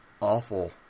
awful –